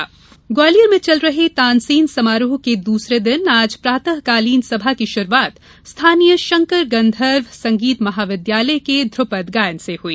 तानसेन समारोह ग्वालियर में चल रहे तानसेन समारोह के दूसरे दिन आज प्रातःकालीन सभा की शुरूआत स्थानीय शंकर गांधर्व संगीत महाविद्यालय के ध्रुपद गायन से हुई